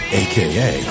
aka